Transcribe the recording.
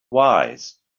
wise